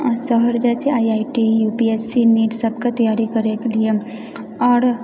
शहर जाइत छै I I T U P S C NEETs सबके तैयारी करैके लिए आओर